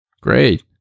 Great